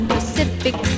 Pacific